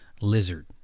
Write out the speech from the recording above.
lizard